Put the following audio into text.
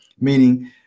Meaning